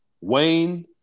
Wayne